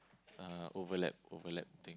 uh overlap overlap thing